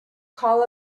call